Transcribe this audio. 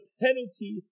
penalty